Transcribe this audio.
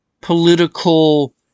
political